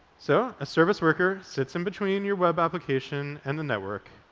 so a service worker sits in between your web application and the network,